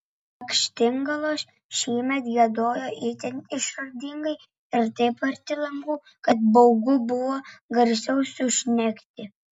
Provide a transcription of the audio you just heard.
lakštingalos šįmet giedojo itin išradingai ir taip arti langų kad baugu buvo garsiau sušnekti